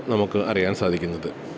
നമുക്ക് അറിയാൻ സാധിക്കുന്നത്